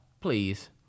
please